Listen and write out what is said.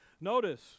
Notice